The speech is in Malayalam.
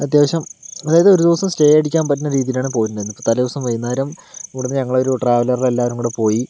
അത്യാവശ്യം അതായത് ഒരു ദിവസം സ്റ്റേ അടിക്കാൻ പറ്റുന്ന രീതിയിൽ ആണ് പോയിട്ടുണ്ടായിരുന്നത് അപ്പോൾ തലേദിവസം വൈകുന്നേരം ഇവിടെനിന്ന് ഞങ്ങൾ ഒരു ട്രാവലറിൽ എല്ലാവരും കൂടി പോയി